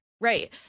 Right